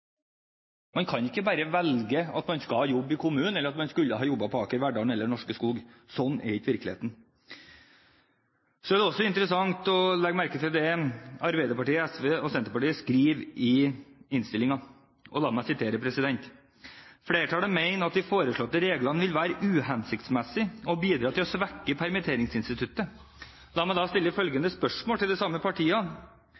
Man kan ikke bare velge at man skal jobbe i kommunen, eller i Aker Verdal eller Norske Skog. Sånn er ikke virkeligheten. Det er interessant å legge merke til det Arbeiderpartiet, Sosialistisk Venstreparti og Senterpartiet skriver i innstillingen: «Flertallet mener at de foreslåtte reglene vil være uhensiktsmessig og bidra til å svekke permitteringsinstituttet.» La meg da stille